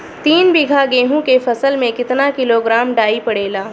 तीन बिघा गेहूँ के फसल मे कितना किलोग्राम डाई पड़ेला?